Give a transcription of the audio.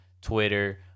Twitter